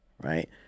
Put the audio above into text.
right